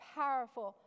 powerful